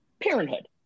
Parenthood